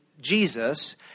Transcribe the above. Jesus